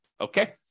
Okay